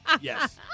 yes